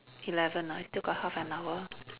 eleven ah we still got half an hour mm